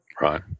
Right